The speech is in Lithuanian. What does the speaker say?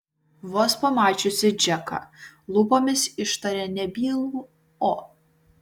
vos pamačiusi džeką lūpomis ištarė nebylų o